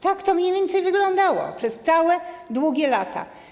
Tak to mniej więcej wyglądało przez całe długie lata.